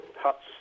huts